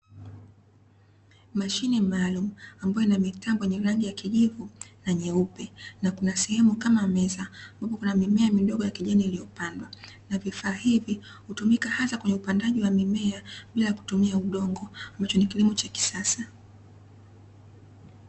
Mashine maalumu ambayo ina mitambo yenye rangi ya kijivu na nyeupe na kuna sehemu kama meza, huku kuna mimea midogo ya kijani iliyopandwa. Na vifaa hivi hutumika hasa kwenye upandaji wa mimea bila kutumia udongo, ambacho ni kilimo cha kisasa.